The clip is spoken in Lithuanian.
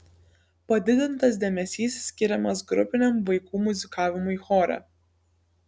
padidintas dėmesys skiriamas grupiniam vaikų muzikavimui chore